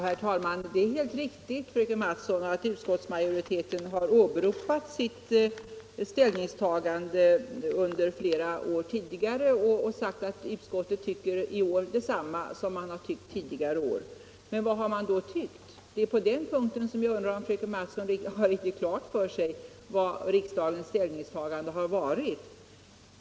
Herr talman! Det är alldeles riktigt som fröken Mattson säger, att utskottsmajoriteten har åberopat sitt ställningstagande under flera år tidigare och framhållit att utskottet i år tycker detsamma som tidigare år. Men vad har man då tyckt? Det är där som jag undrar om fröken Mattson har riktigt klart för sig vad riksdagens ställningstagande har varit.